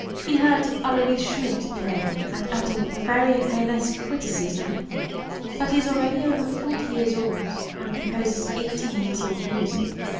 he heard aloys schmitt play, and uttered the very heinesque witticism that he is already over forty years old, and composes eighty years old music.